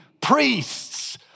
priests